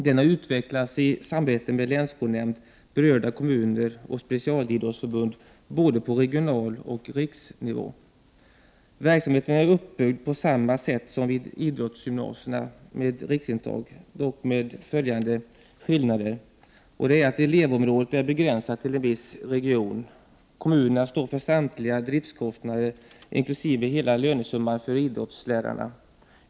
Den har utvecklats i samarbete med länsskolnämnd, berörda kommuner och specialidrottsförbund både på regional nivå och på riksnivå. Verksamheten är uppbyggd på samma sätt som vid idrottsgymnasierna med riksintag, dock med följande skillnader: Elevområdet är begränsat till en viss region.